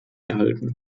erhalten